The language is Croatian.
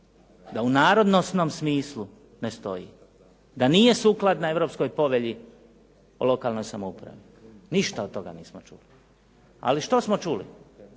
da u narodnosnom smislu ne stoji, da nije sukladna Europskoj povelji o lokalnoj samoupravi. Ništa od toga nismo čuli. Ali što smo čuli?